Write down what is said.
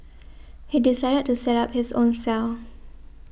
he decided to set up his own cell